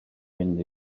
mynd